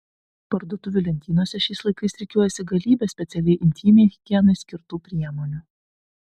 parduotuvių lentynose šiais laikais rikiuojasi galybė specialiai intymiai higienai skirtų priemonių